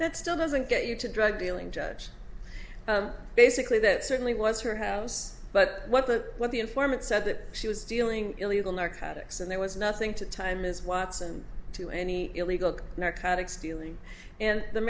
that still doesn't get you to drug dealing judge basically that certainly was her house but what the what the informant said that she was dealing illegal narcotics and there was nothing to time as watson to any illegal narcotics stealing and the